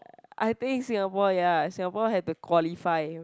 I think Singapore ya Singapore have to qualify